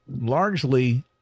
largely